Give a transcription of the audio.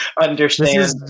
understand